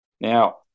Now